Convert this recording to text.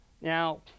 Now